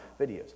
videos